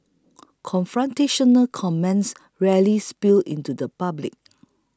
confrontational comments rarely spill into the public